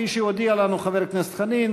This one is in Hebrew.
כפי שהודיע לנו חבר הכנסת חנין,